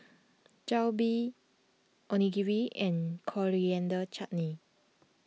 Jalebi Onigiri and Coriander Chutney